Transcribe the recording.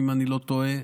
אם אני לא טועה.